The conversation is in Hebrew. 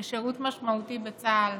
לשירות משמעותי בצה"ל.